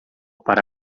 para